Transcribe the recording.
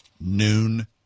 noon